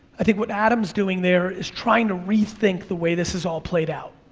i think what adam's doing there is trying to rethink the way this is all played out.